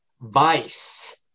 vice